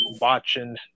watching